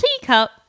teacup